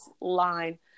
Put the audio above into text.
line